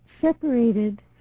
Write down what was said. separated